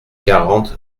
quarante